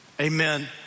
amen